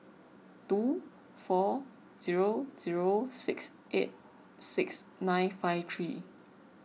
two four zero zero six eight six nine five three